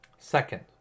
second